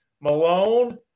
Malone